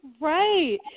Right